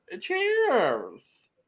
Cheers